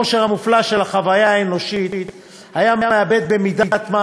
העושר המופלא של החוויה האנושית היה מאבד במידת מה